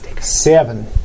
Seven